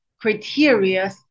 criteria